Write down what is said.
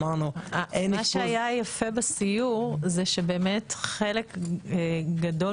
מה שהיה יפה בסיור זה שבאמת חלק גדול